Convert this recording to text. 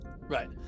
Right